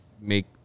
make